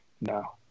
No